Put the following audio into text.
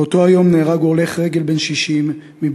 באותו היום נהרג הולך רגל בן 60 מפגיעת